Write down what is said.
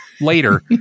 later